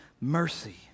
mercy